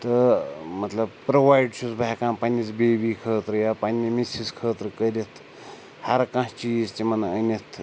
تہٕ مطلب پرووایڈ چھُس بہٕ ہٮ۪کان پَننِس بیبی خٲطرٕ یا پَننہِ مِسِز خٲطرٕ کٔرِتھ ہر کانٛہہ چیٖز تِمَن أنِتھ